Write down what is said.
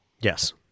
yes